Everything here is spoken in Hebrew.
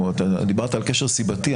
אתה דיברת על קשר סיבתי.